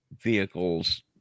vehicles